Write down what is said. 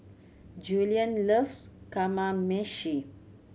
Julien loves Kamameshi